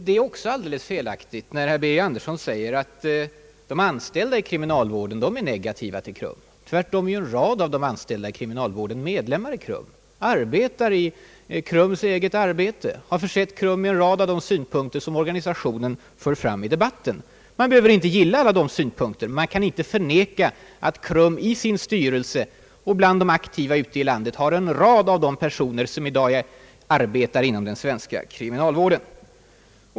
Det är också alldeles felaktigt när herr Andersson påstår att de anställda i kriminalvården är negativt inställda till KRUM. Tvärtom är en rad av de anställda i kriminalvården medlemmar av KRUM, verksamma i KRUM:s eget arbete och har försett KRUM med en hel del av de synpunkter som organisationen för fram i debatten. Man behöver visst inte gilla alla de synpunkterna. Men man kan inte förneka att KRUM i sin styrelse och bland de aktiva ute i landet har en rad av de personer som arbetar i kriminalvården.